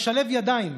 נשלב ידיים,